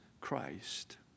Christ